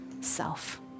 self